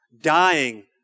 dying